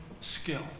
skill